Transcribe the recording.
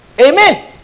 Amen